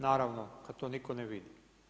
Naravno, kad to nitko ne vidi.